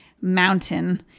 mountain